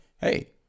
hey